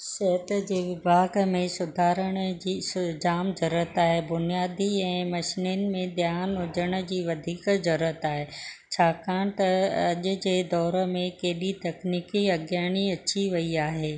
शर्त जे बाक में सुधारण जी जाम ज़रूरत आहे बुनियादी ऐं मशीननि में ध्यानु हुजण जी वधीक ज़रूरत आहे छाकाणि त अॼ जे दौर में केॾी तकनीकी अज्ञानी अची वई आहे